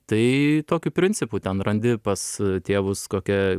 tai tokiu principu ten randi pas tėvus kokią